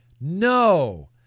No